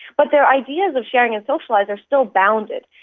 but their ideas of sharing and socialising are still bounded.